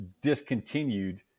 discontinued